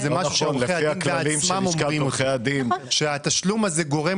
עורכי הדין אומרים בעצמם שהתשלום הזה גורם